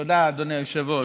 תודה, אדוני היושב-ראש.